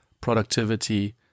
productivity